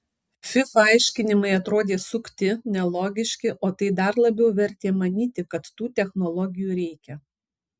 fifa aiškinimai atrodė sukti nelogiški o tai dar labiau vertė manyti kad tų technologijų reikia